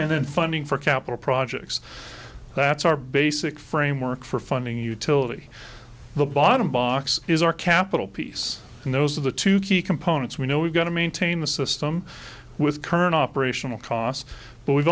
and then funding for capital projects that's our basic framework for funding utility the bottom box is our capital piece and those are the two key components we know we've got to maintain the system with current operational cry yes but we've